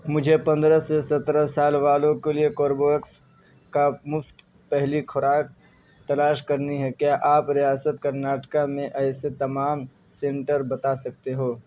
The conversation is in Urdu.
مجھے پندرہ سے سترہ سال والوں کو لیے کوربوویکس کا مفت پہلی خوراک تلاش کرنی ہے کیا آپ ریاست کرناٹک میں ایسے تمام سنٹر بتا سکتے ہو